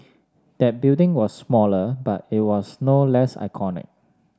that building was smaller but it was no less iconic